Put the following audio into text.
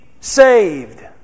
saved